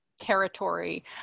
territory